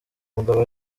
mugabo